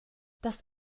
das